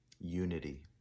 Unity